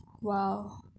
Wow